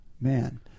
Man